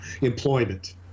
Employment